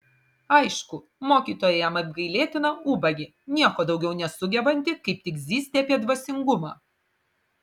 aišku mokytoja jam apgailėtina ubagė nieko daugiau nesugebanti kaip tik zyzti apie dvasingumą